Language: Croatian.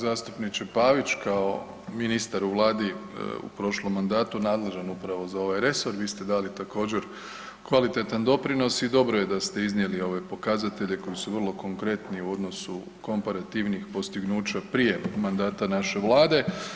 Zastupniče Pavić, kao ministar u vladi u prošlom mandatu nadležan upravo za ovaj resor vi ste dali također kvalitetan doprinos i dobro je da ste iznijeli ove pokazatelje koji su vrlo konkretni u odnosu komparativnih postignuća prije mandata naše vlade.